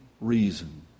reason